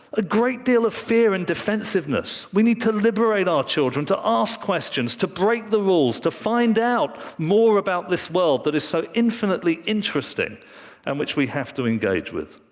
a great deal of fear and defensiveness. we need to liberate our children to ask questions, to break the rules, to find out more about this world that is so infinitely interesting and which we have to engage with.